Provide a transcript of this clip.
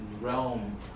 realm